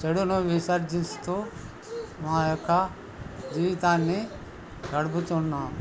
చెడును విసర్జిస్తూ మా యొక్క జీవితాన్ని గడుపుతున్నాము